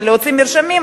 ולהוציא מרשמים,